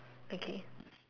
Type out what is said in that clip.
okay